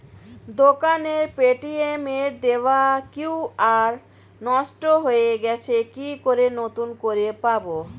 দোকানের পেটিএম এর দেওয়া কিউ.আর নষ্ট হয়ে গেছে কি করে নতুন করে পাবো?